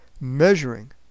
measuring